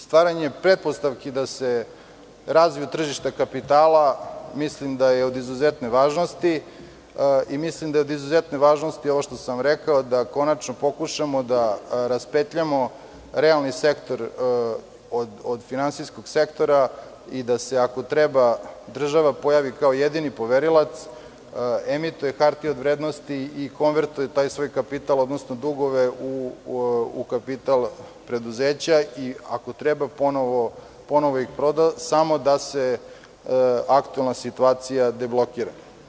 Stvaranje pretpostavki da se razvije tržište kapitala, mislim da je od izuzetne važnosti kao što je od izuzetne važnosti i ovo što sam rekao, da konačno pokušamo da raspetljamo realni sektor od finansijskog sektora i da se, ako treba, država pojavi kao jedini poverilac, emituje hartije od vrednosti i konvertuje taj svoj kapital, odnosno dugove u kapital preduzeća i, ako treba, ponovo ih proda, samo da se aktuelna situacija deblokira.